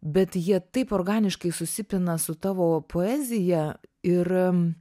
bet jie taip organiškai susipina su tavo poezija ir